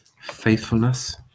faithfulness